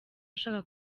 ashaka